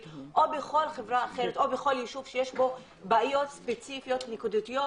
או בכל חברה אחרת או בכל יישוב שיש בו בעיות ספציפיות נקודתיות?